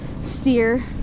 steer